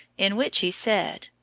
in which he said,